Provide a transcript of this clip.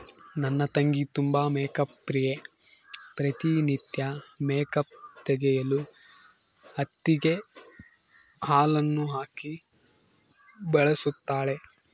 ನನ್ನ ತಂಗಿ ತುಂಬಾ ಮೇಕ್ಅಪ್ ಪ್ರಿಯೆ, ಪ್ರತಿ ನಿತ್ಯ ಮೇಕ್ಅಪ್ ತೆಗೆಯಲು ಹತ್ತಿಗೆ ಹಾಲನ್ನು ಹಾಕಿ ಬಳಸುತ್ತಾಳೆ